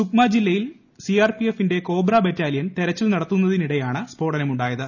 സുക്മ ജില്ലയിൽ സിആർപിഎഫിന്റെ cobra battalion തെരച്ചിൽ നടത്തുന്നതിനിടെയാണ് സ്ഫോടനമുണ്ടായത്